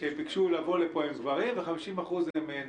50% מאלה שביקשו לבוא לפה הם גברים ו-50% הם נשים.